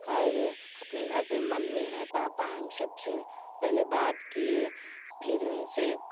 और अपने घर पर मम्मी है पापा हैं हम सबसे पहले बात किए फिर उनसे